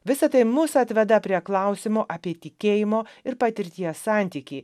visa tai mus atveda prie klausimo apie tikėjimo ir patirties santykį